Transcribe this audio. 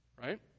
right